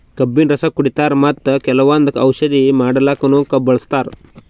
ಕಬ್ಬಿನ್ ರಸ ಕುಡಿತಾರ್ ಮತ್ತ್ ಕೆಲವಂದ್ ಔಷಧಿ ಮಾಡಕ್ಕನು ಕಬ್ಬ್ ಬಳಸ್ತಾರ್